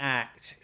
act